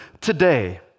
today